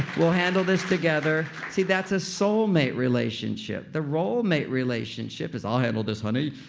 we'll handle this together. see, that's a soulmate relationship. the role mate relationship is, i'll handle this, honey.